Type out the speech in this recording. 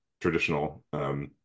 traditional